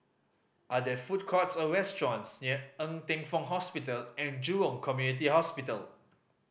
are there food courts or restaurants near Ng Teng Fong Hospital And Jurong Community Hospital